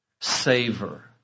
savor